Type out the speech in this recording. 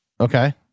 Okay